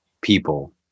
people